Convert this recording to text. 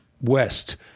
West